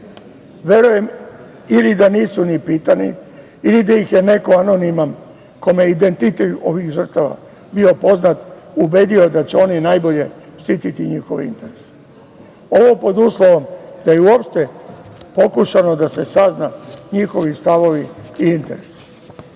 Verujem ili da nisu ni pitani ili da ih je neko anoniman kome je identitet ovih žrtava bio poznat ubedio da će oni najbolje štiti njihove interese. Ovo pod uslovom da je uopšte pokušano da se sazna njihovi stavovi i interesi.